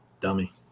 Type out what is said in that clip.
dummy